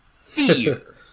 fear